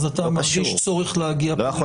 אתה מרגיש צורך להגיע פה לעימות.